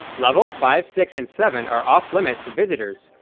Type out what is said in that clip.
levels five, six, and seven are off-limits to visitors,